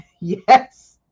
Yes